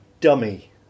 Dummy